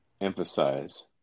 emphasize